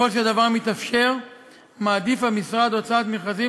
וככל שהדבר מתאפשר מעדיף המשרד הוצאת מכרזים